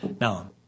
Now